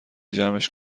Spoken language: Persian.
جمعش